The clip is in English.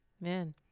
Man